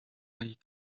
league